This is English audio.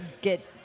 get –